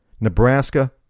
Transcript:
Nebraska